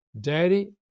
Daddy